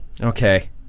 Okay